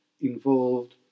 involved